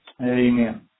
Amen